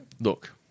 Look